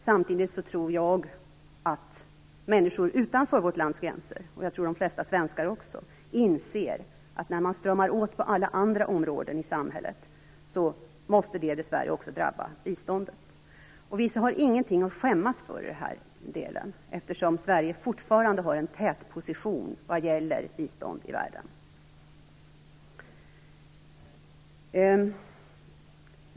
Samtidigt tror jag att människor utanför vårt lands gränser - jag tror de flesta svenskar också - inser att när man stramar åt på alla andra områden i samhället måste det dessvärre även drabba biståndet. Vi har ingenting att skämmas för, eftersom Sverige fortfarande har en tätposition vad gäller biståndet i världen.